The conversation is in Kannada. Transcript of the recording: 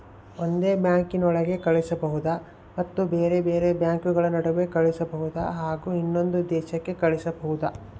ಒಂದೇ ಬ್ಯಾಂಕಿನೊಳಗೆ ಕಳಿಸಬಹುದಾ ಮತ್ತು ಬೇರೆ ಬೇರೆ ಬ್ಯಾಂಕುಗಳ ನಡುವೆ ಕಳಿಸಬಹುದಾ ಹಾಗೂ ಇನ್ನೊಂದು ದೇಶಕ್ಕೆ ಕಳಿಸಬಹುದಾ?